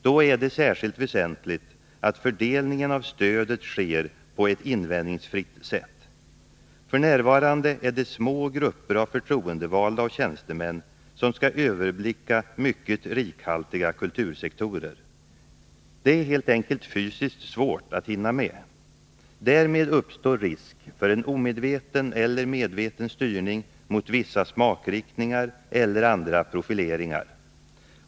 Då är det särskilt väsentligt att fördelningen av stödet sker på ett invändningsfritt sätt. F.n. är det små grupper av förtroendevalda och tjänstemän som skall överblicka mycket rikhaltiga kultursektorer. Det är helt enkelt fysiskt svårt att hinna med. Därmed uppstår risk för en omedveten eller medveten styrning mot vissa smakriktningar eller andra profileringar.